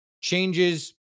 changes